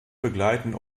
begleiten